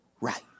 right